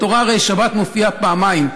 בתורה השבת מופיעה פעמיים,